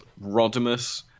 rodimus